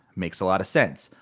makes a lot of sense.